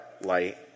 light